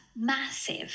massive